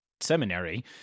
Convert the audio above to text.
seminary